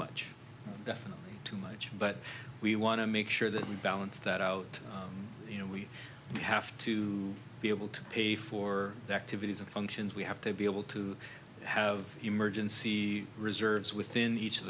much definitely too much but we want to make sure that we balance that out you know we have to be able to pay for the activities of functions we have to be able to have emergency reserves within each of